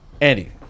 Andy